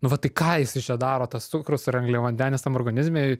nu va tai ką jisai čia daro tas cukrus ar angliavandenis tam organizme